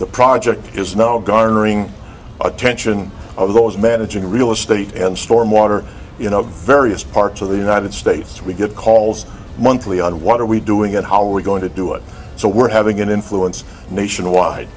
the project is no garnering attention of those managing real estate and storm water you know various parts of the united states we get calls monthly on what are we doing and how we're going to do it so we're having an influence nationwide